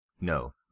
No